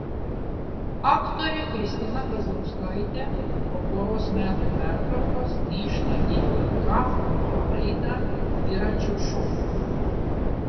aktorė kristina kazlauskaitė po poros metų pertraukos grįžta į lnk humoro laidą dviračio šou